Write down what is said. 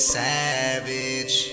savage